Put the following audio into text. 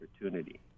opportunity